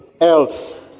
else